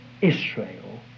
Israel